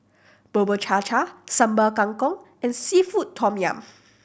Bubur Cha Cha Sambal Kangkong and seafood tom yum